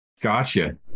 Gotcha